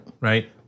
Right